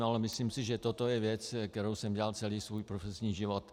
Ale myslím si, že toto je věc, kterou jsem dělal celý svůj profesní život.